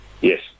Yes